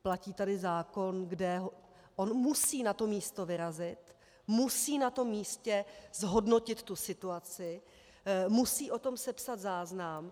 Platí tady zákon, kde on musí na to místo vyrazit, musí na tom místě zhodnotit tu situaci, musí o tom sepsat záznam.